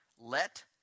Let